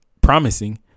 promising